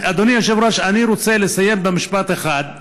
אדוני היושב-ראש, אני רוצה לסיים במשפט אחד,